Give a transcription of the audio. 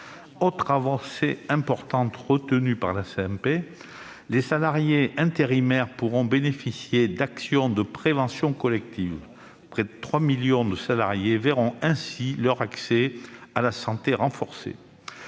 par la commission mixte paritaire : les salariés intérimaires pourront bénéficier d'actions de prévention collective. Près de trois millions de salariés verront ainsi leur accès à la santé renforcé.